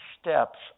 steps